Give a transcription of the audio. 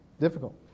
difficult